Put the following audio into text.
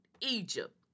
Egypt